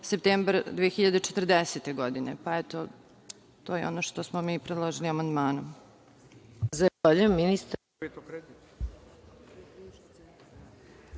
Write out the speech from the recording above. septembar 2040. godine. Pa, eto to je ono što smo mi predložili amandmanom.